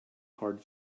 hard